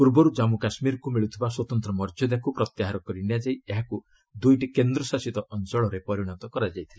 ପୂର୍ବରୁ ଜାମ୍ମୁ କାଶ୍ମୀରକୁ ମିଳୁଥିବା ସ୍ୱତନ୍ତ୍ର ମର୍ଯ୍ୟାଦାକୁ ପ୍ରତ୍ୟାହାର କରିନିଆଯାଇ ଏହାକୁ ଦୁଇଟି କେନ୍ଦ୍ରଶାସିତ ଅଞ୍ଚଳରେ ପରିଣତ କରାଯାଇଥିଲା